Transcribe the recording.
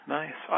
nice